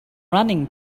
running